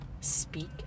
speak